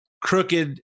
crooked